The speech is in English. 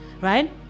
right